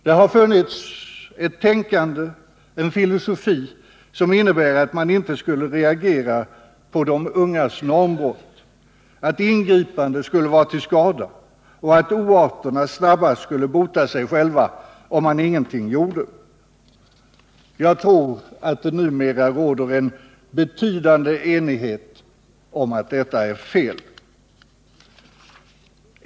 Det har funnits ett tänkande, en filosofi, som innebär att man inte skulle reagera på de ungas normbrott, att ingripanden skulle vara till skada och att oarterna snabbast skulle bota sig själva om man ingenting gjorde. Jag tror att det numera råder en betydande enighet om att detta är fel.